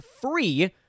free